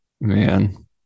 man